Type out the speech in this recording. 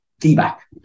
feedback